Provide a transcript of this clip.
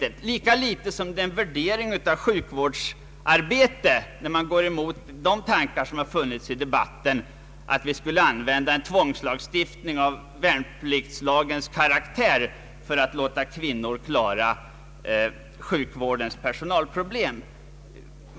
Det är ju lika litet en värdering av sjukvårdsarbete, när vi går emot tanken att använda tvångslagstiftning av värnpliktslagens karaktär för att låta kvinnorna klara sjukvårdens personalproblem.